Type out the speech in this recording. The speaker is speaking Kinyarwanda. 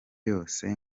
yose